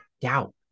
doubt